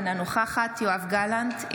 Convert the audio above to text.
אינה נוכחת יואב גלנט,